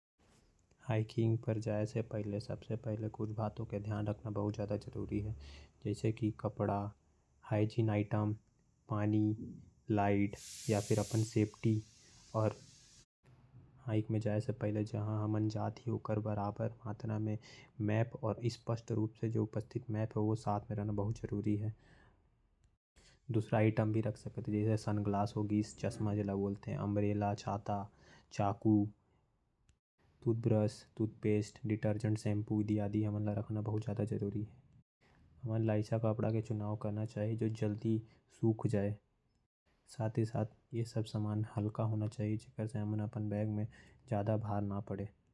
हाइकिंग पर जाय से पहले कुछ बातों के ध्यान रखना बहुत जरूरी है। जैसे पानी बोतल नक्शा हाइजीन समान चश्मा चाकू और टॉर्च। हमन ला ऐसा कपड़ा के चुनाव करना चाही जो बहुत भरी न हो। और जल्दी सुख जाए।